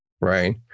right